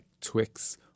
Twix